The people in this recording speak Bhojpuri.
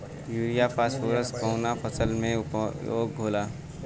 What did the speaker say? युरिया फास्फोरस कवना फ़सल में उपयोग होला?